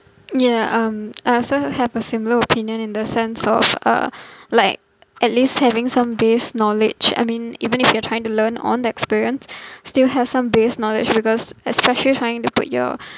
ya um I also have a similar opinion in the sense of uh like at least having some base knowledge I mean even if you are trying to learn on the experience still have some base knowledge because especially trying to put your